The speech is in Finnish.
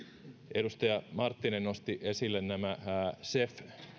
edustaja marttinen nosti esille nämä cef